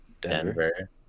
Denver